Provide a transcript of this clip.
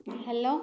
hello